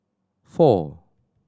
four